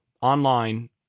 online